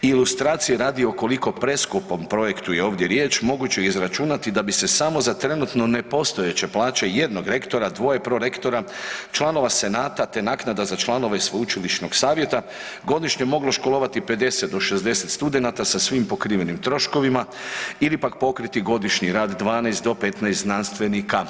Ilustracije radi o koliko preskupom projektu je ovdje riječ moguće je izračunati da bi se samo za trenutno nepostojeće plaće jednog rektora, dvoje prorektora, članova senata te naknada za članove sveučilišnog savjeta godišnje moglo školovati 50 do 60 studenata sa svim pokrivenim troškovima ili pak pokriti godišnji rad 12 do 15 znanstvenika.